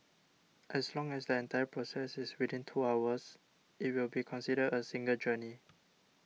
as long as the entire process is within two hours it will be considered a single journey